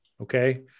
Okay